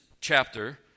chapter